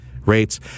rates